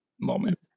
moment